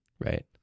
Right